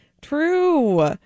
true